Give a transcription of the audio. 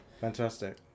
fantastic